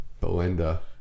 Belinda